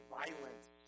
violence